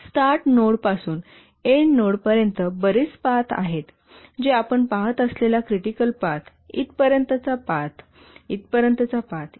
start node पासून end node पर्यंत बरेच पाथ आहेत हे आपण पाहत असलेला क्रिटिकल पाथ इथपर्यंतचा पाथ इथपर्यंतचा पाथ इ